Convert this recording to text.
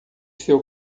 seu